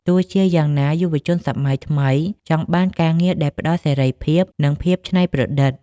ទោះជាយ៉ាងណា យុវជនសម័យថ្មីចង់បានការងារដែលផ្តល់ "សេរីភាព" និង "ភាពច្នៃប្រឌិត"។